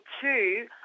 two